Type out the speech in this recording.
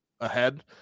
ahead